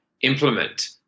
implement